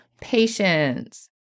patience